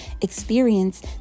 experience